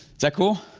is that cool?